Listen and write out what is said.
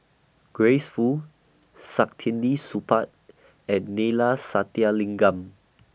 Grace Fu Saktiandi Supaat and Neila Sathyalingam